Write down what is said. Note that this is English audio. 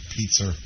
Pizza